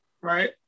Right